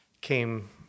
came